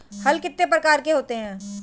हल कितने प्रकार के होते हैं?